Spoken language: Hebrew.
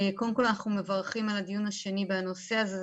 קודם כל אנחנו מברכים על הדיון השני בנושא הזה.